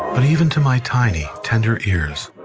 but even to my tiny, tender ears,